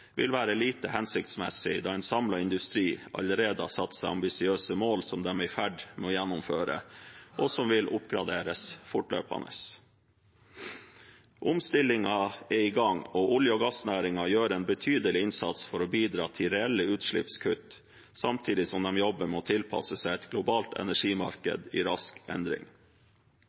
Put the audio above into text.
vil være lite hensiktsmessig, da en samlet industri allerede har satt seg ambisiøse mål som de er i ferd med å gjennomføre, og som vil oppgraderes fortløpende. Omstillingen er i gang, og olje- og gassnæringen gjør en betydelig innsats for å bidra til reelle utslippskutt samtidig som de jobber med å tilpasse seg et globalt energimarked i rask endring.